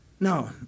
No